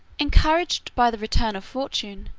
encouraged by the return of fortune,